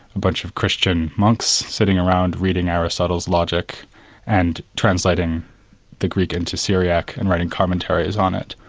a bunch of christian monks sitting around reading aristotle's logic and translating the greek into syriac and writing commentaries on it.